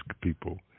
people